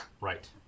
Right